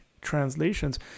translations